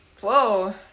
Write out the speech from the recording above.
whoa